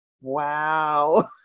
wow